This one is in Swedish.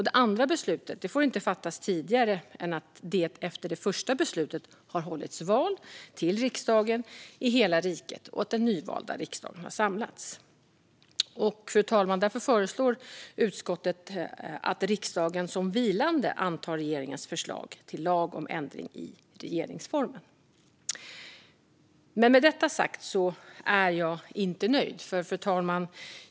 Det andra beslutet får inte fattas tidigare än att det efter det första beslutet har hållits val till riksdagen i hela riket och att den nyvalda riksdagen har samlats. Därför föreslår utskottet, fru talman, att riksdagen som vilande antar regeringens förslag till lag om ändring i regeringsformen. Men med detta sagt är jag inte nöjd.